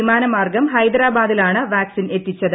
വിമാന മാർഗം ഹൈദരാബാദിലാണ് വാക്സിൻ എത്തിച്ചത്